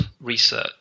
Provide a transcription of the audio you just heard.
research